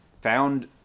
found